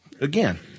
again